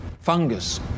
fungus